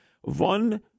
one